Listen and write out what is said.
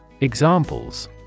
Examples